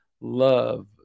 Love